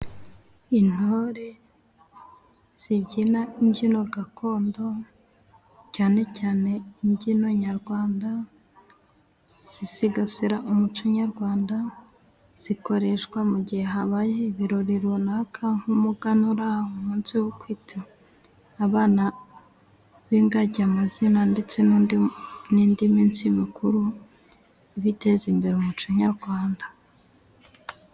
Intore zibyina imbyino gakondo cyane cyane imbyino nyarwanda zisigasira umuco nyarwanda, zikoreshwa mu gihe habaye ibirori runaka nk'umuganura, umunsi wo kwita abana b'ingagi amazina, ndetse n'undi n'indi minsi mikuru biteza imbere umuco nyarwanda.